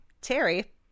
Terry